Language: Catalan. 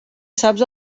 saps